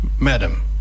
madam